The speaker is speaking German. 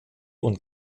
und